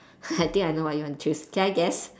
I think I know what you want to choose can I guess